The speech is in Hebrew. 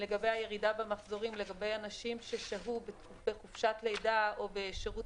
לגבי הירידה במחזורים לגבי אנשים ששהו בחופשת לידה או בשירות